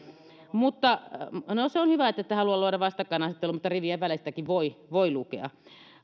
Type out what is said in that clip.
no se on hyvä ettette halua luoda vastakkainasettelua mutta rivien välistäkin voi voi lukea